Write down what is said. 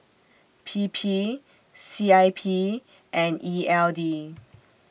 P P C I P and E L D